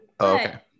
Okay